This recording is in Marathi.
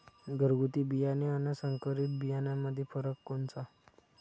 घरगुती बियाणे अन संकरीत बियाणामंदी फरक कोनचा?